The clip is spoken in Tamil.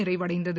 நிறைவடைந்தது